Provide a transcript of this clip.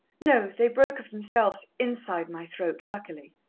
no. they broke of themselves inside my throat, luckily.